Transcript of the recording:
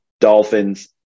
dolphins